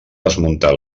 desmuntat